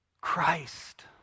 Christ